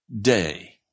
day